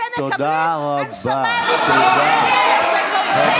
--- אתם מקבלים הנשמה מפה לפה --- תודה רבה.